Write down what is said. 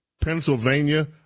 Pennsylvania